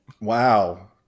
Wow